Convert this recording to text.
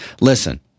listen